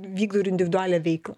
vykdo ir individualią veiklą